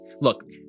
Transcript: Look